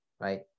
right